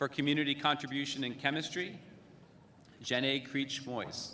for community contribution in chemistry jenny creech voice